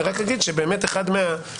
אני רק אגיד שבאמת אחד מהמחקרים,